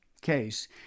case